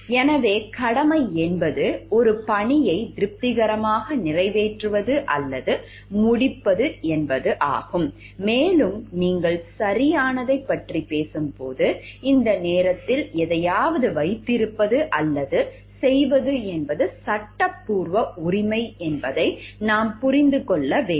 எனவே கடமை என்பது ஒரு பணியை திருப்திகரமாக நிறைவேற்றுவது அல்லது முடிப்பது ஒரு கடமையாகும் மேலும் நீங்கள் சரியானதைப் பற்றி பேசும்போது இந்த நேரத்தில் எதையாவது வைத்திருப்பது அல்லது செய்வது என்பது சட்டப்பூர்வ உரிமை என்பதை நாம் புரிந்து கொள்ள வேண்டும்